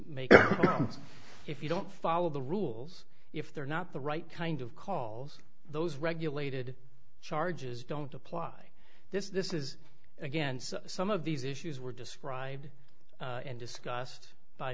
if you don't follow the rules if they're not the right kind of calls those regulated charges don't apply this is again some of these issues were described and discussed by